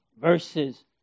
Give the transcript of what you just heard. verses